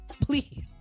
Please